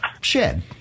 shed